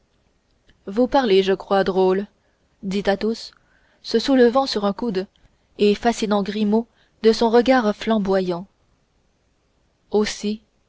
vous parlez je crois drôle dit athos se soulevant sur un coude et fascinant grimaud de son regard flamboyant aussi